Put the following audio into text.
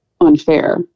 unfair